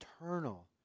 eternal